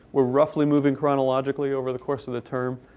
we're roughly moving chronologically over the course of the term.